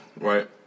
right